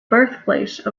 birthplace